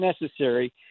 necessary